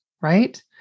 Right